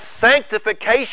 sanctification